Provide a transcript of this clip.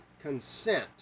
consent